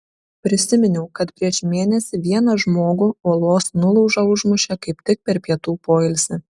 prisiminiau kad prieš mėnesį vieną žmogų uolos nuolauža užmušė kaip tik per pietų poilsį